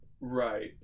right